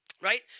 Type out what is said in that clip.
right